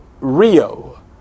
Rio